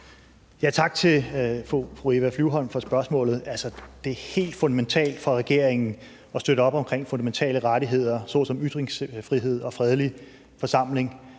for spørgsmålet. Det er helt fundamentalt for regeringen at støtte op om fundamentale rettigheder såsom ytringsfrihed og fredelig forsamling.